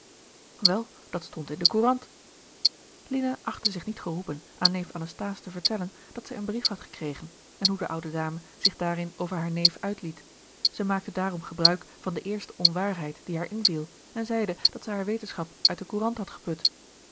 wel dat stond in de courant lina achtte zich niet geroepen aan neef anasthase te vertellen dat zij een brief had gekregen en hoe de oude dame zich daarin over haar neef uitliet zij maakte daarom gebruik van de eerste onwaarheid die haar inviel en zeide dat zij hare wetenschap uit de courant had geput